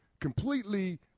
completely